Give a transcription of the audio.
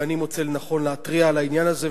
אני מוצא לנכון להתריע על העניין הזה,